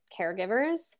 caregivers